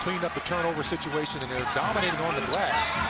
up the turnover situation, and they're dominating on the glass.